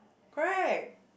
correct